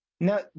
Now